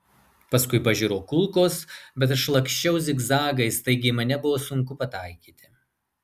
paskui pažiro kulkos bet aš laksčiau zigzagais taigi į mane buvo sunku pataikyti